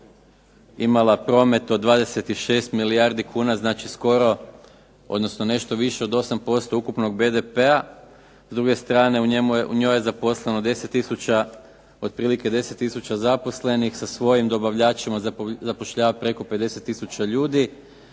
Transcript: imala promet od 26 milijardi kuna, znači skoro, odnosno nešto više od 8% ukupnog BDP-a. S druge strane u njoj je zaposleno 10 tisuća, otprilike 10 tisuća zaposlenih sa svojim dobavljačima, zapošljava preko 50 tisuća ljudi,